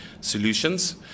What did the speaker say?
Solutions